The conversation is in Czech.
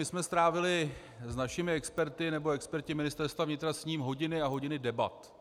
My jsme strávili s našimi experty, nebo experti Ministerstva vnitra, s ním hodiny a hodiny debat.